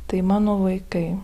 tai mano vaikai